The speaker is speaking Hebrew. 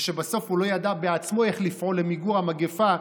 ושבסוף הוא לא ידע בעצמו איך לפעול למיגור המגפה.